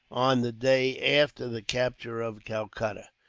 on the day after the capture of calcutta,